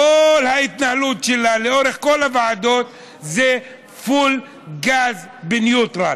כל ההתנהלות שלה לאורך כל הוועדות זה פול גז בניוטרל.